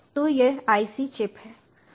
तो यह IC chip है